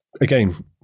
Again